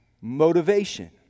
motivation